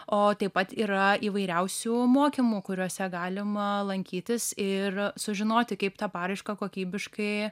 o taip pat yra įvairiausių mokymų kuriuose galima lankytis ir sužinoti kaip tą paraišką kokybiškai